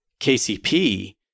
KCP